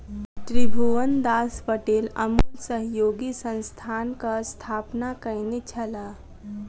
त्रिभुवनदास पटेल अमूल सहयोगी संस्थानक स्थापना कयने छलाह